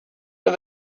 but